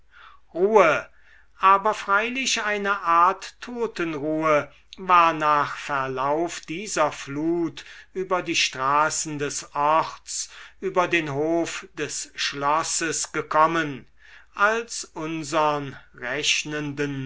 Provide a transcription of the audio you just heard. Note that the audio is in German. ruhe aber freilich eine art totenruhe war nach verlauf dieser flut über die straßen des orts über den hof des schlosses gekommen als unsern rechnenden